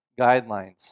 guidelines